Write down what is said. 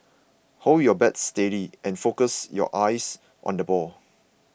hold your bat steady and focus your eyes on the ball